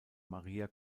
maria